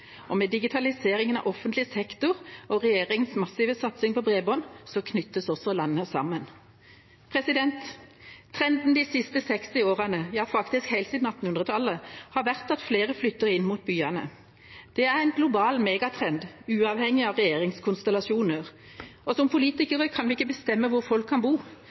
og med digitaliseringen av offentlig sektor og regjeringas massive satsing på bredbånd knyttes også landet sammen. Trenden de siste 60 årene – ja, faktisk helt siden 1800-tallet – har vært at flere flytter inn mot byene. Det er en global megatrend, uavhengig av regjeringskonstellasjoner. Som politikere kan vi ikke bestemme hvor folk skal bo,